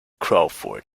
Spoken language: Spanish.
crawford